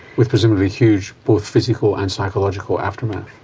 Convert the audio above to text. with presumably huge both physical and psychological aftermath?